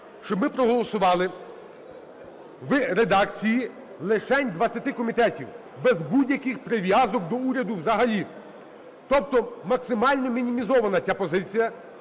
щоб ми проголосували в редакції лишень 20 комітетів, без будь-яких прив'язок до уряду взагалі. Тобто максимально мінімізована ця позиція.